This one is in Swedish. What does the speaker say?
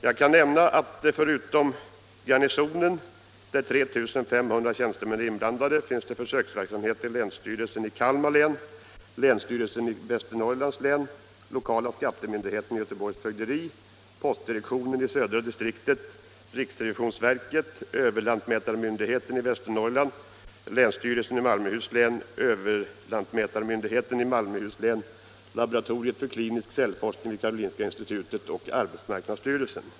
Jag kan nämna att förutom i Garnisonen, där 3 500 tjänstemän är inblandade, finns det försöksverksamhet i länsstyrelsen i Kalmar län, länsstyrelsen i Västernorrlands län, lokala skattemyndigheten i Göteborgs fögderi, postdirektionen i södra distriktet, riksrevisionsverket, överlantmätarmyndigheten i Västernorrlands län, länsstyrelsen i Malmöhus län, överlantmätarmyndigheten i Malmöhus län, laboratoriet för klinisk fältforskning vid Karolinska institutet och arbetsmarknadsstyrelsen.